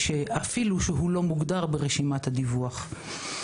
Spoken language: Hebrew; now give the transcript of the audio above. אפילו שהוא לא מוגדר ברשימת הדיווח.